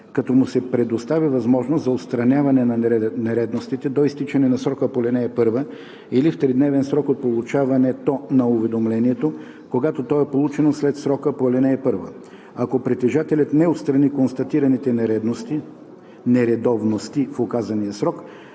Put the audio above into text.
като му се предоставя възможност за отстраняване на нередовностите до изтичане на срока по ал. 1 или в тридневен срок от получаването на уведомлението, когато то е получено след срока по ал. 1. Ако притежателят не отстрани констатираните нередовности в указания срок,